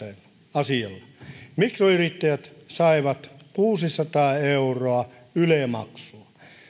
asialla mikroyrittäjät saivat kuusisataa euroa yle maksua